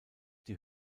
die